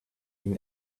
mean